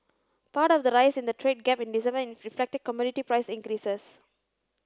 part of the rise in the trade gap in December reflected commodity price increases